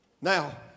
Now